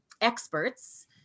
experts